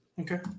Okay